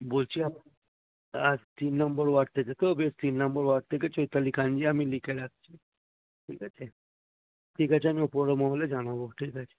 বলছি তিন নম্বর ওয়ার্ড থেকে তো বেশ তিন নম্বর ওয়ার্ড থেকে চৈতালি কাঞ্জি আমি লিখে রাখছি ঠিক আছে ঠিক আছে আমি ওপরে মহলে জানাবো ঠিক আছে